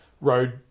road